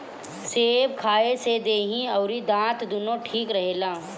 सेब खाए से देहि अउरी दांत दूनो ठीक रहेला